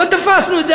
אבל תפסנו את זה,